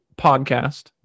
podcast